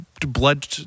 blood